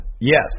Yes